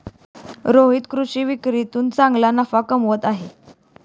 रोहित कृषी विक्रीतून चांगला नफा कमवत आहे